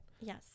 Yes